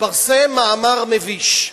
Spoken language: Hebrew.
התפרסם מאמר מביש,